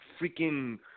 freaking